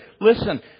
Listen